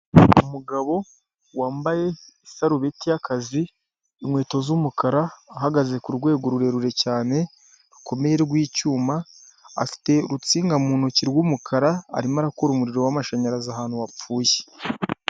Umugabo wambaye isarubeti y'akazi inkweto z'umukara ahagaze kurwego rurerure cyane rukomeye rw'icyuma afite urunsinga mu ntoki rw'umukara arimo arakora umuriro wamashanyarazi ahantu wapfuye.